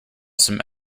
some